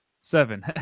seven